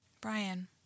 Brian